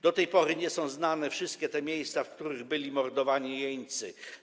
Do tej pory nie są znane wszystkie miejsca, w których byli mordowani jeńcy.